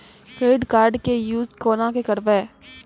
Credit card के use कोना के करबऽ?